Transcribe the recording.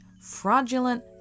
fraudulent